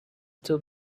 two